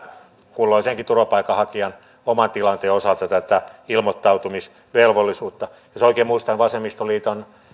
kulloisenkin turvapaikanhakijan oman tilanteen osalta tätä ilmoittautumisvelvollisuutta jos oikein muistan vasemmistoliiton